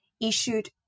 issued